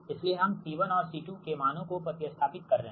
इसलिए हम C1 और C2 के मानों को प्रति स्थापित कर रहे हैं